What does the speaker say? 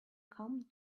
calmed